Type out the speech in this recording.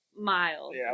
Mild